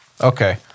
Okay